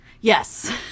Yes